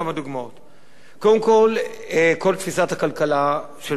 קודם כול, כל תפיסת הכלכלה של ממשלת נתניהו נבנתה